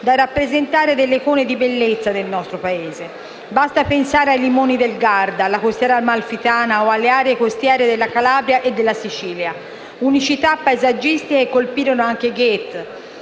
da rappresentare delle icone di bellezza del nostro Paese. Basti pensare ai limoni del Garda, alla costiera amalfitana o alle aree costiere della Calabria e della Sicilia. Queste unicità paesaggistiche colpirono anche Goethe.